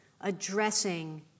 addressing